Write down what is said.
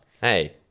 Hey